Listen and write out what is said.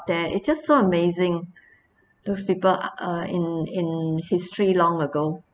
there it just so amazing those people uh in in history long ago